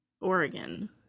Oregon